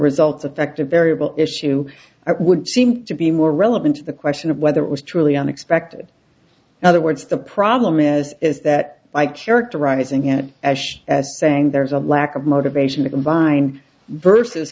results affect a variable issue i would seem to be more relevant to the question of whether it was truly unexpected other words the problem as is that by characterizing it as saying there's a lack of motivation to combine versus